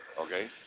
Okay